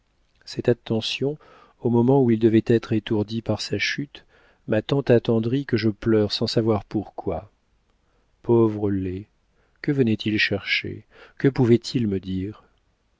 cette attention au moment où il devait être étourdi par sa chute m'a tant attendrie que je pleure sans savoir pourquoi pauvre laid que venait-il chercher que voulait-il me dire